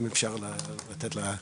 תודה רבה לך,